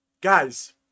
guys